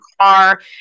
car